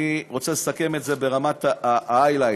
אני רוצה לסכם את זה ברמת ה-highlights,